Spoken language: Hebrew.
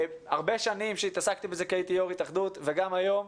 הרבה שנים שהתעסקתי בזה כי הייתי יו"ר התאחדות וגם היום.